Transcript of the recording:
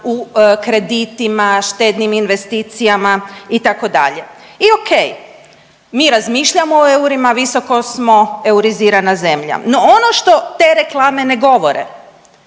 u kreditima, štednim investicijama itd. i ok, mi razmišljamo o eurima visoko smo eurizirana zemlja. No ono što te reklame ne govore